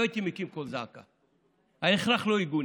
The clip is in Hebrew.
לא הייתי מקים קול זעקה, ההכרח לא יגונה.